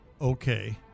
Okay